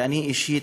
ואני אישית,